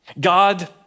God